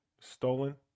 stolen